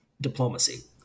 diplomacy